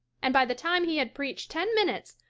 and, by the time he had preached ten minutes,